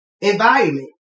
environment